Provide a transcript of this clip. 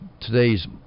today's